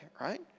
right